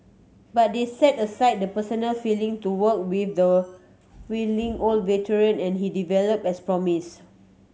but they set aside the personal feeling to work with the wily old veteran and he develop as promised